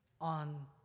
on